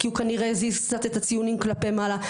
כי הוא כנראה הזיז קצת את הציונים כלפי מעלה.